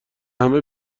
همه